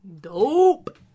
Dope